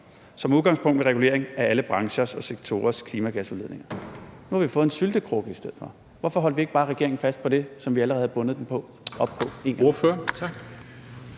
som udgangspunkt med regulering af alle branchers og sektorers klimagasudledninger.« Nu har vi fået en syltekrukke. Hvorfor holdt vi ikke bare regeringen fast på det, som vi allerede havde bundet den op på